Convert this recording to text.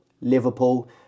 Liverpool